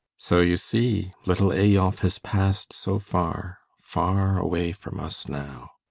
so you see, little eyolf has passed so far far away from us now.